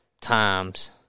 times